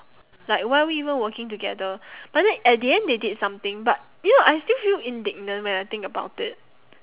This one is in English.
like why are we even working together but then at the end they did something but you know I still feel indignant when I think about it